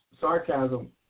Sarcasm